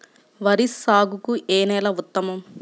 వరి సాగుకు ఏ నేల ఉత్తమం?